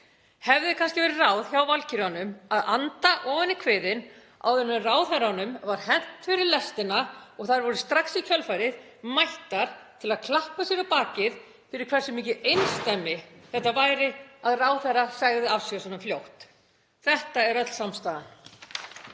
Hefði kannski verið ráð hjá valkyrjunum að anda ofan í kviðinn áður en ráðherranum var hent fyrir lestina og þær voru strax í kjölfarið mættar til að klappa sér á bakið fyrir hversu mikið einsdæmi það væri að ráðherra segði af sér svona fljótt? Þetta er öll samstaðan.